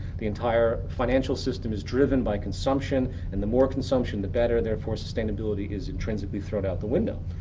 the entire financial system is driven by consumption and the more consumption the better therefore, sustainability is intrinsically thrown out the window,